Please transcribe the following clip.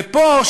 ופה,